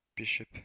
Bishop